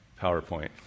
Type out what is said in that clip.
PowerPoint